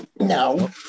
No